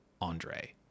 andre